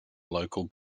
local